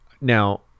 Now